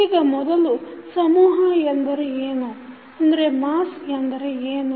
ಈಗ ಮೊದಲು ಸಮೂಹ ಎಂದರೇನು